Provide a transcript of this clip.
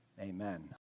Amen